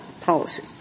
policy